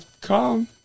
come